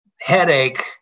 headache